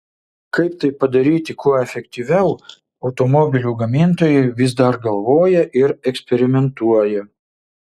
kaip tai padaryti kuo efektyviau automobilių gamintojai vis dar galvoja ir eksperimentuoja